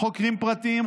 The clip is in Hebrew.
חוקרים פרטיים,